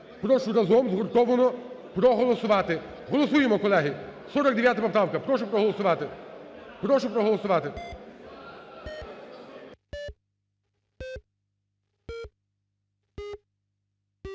Прошу разом, згуртовано проголосувати. Голосуємо, колеги! 49 поправка. Прошу проголосувати, прошу проголосувати.